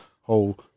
whole